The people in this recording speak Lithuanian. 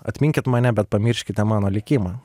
atminkit mane bet pamirškite mano likimą